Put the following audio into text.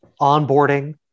onboarding